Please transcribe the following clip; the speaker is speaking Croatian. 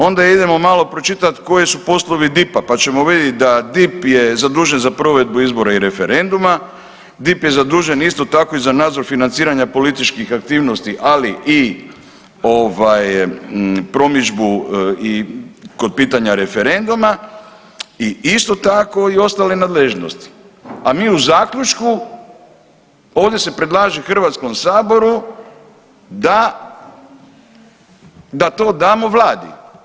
Onda idemo malo pročitati koji su poslovi DIP-a pa ćemo vidjeti da DIP je zadužen za provedbu izvora i referenduma, DIP je zadužen, isto tako i za nadzor financiranja političkih aktivnosti, ali i ovaj, promidžbu i kod pitanja referenduma i isto tako i ostale nadležnosti, a mi u zaključku, ovdje se predlaže HS-u da to damo Vladi.